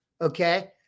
okay